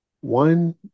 one